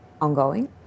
ongoing